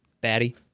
Batty